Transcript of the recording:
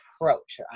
approach